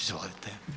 Izvolite.